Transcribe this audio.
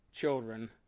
children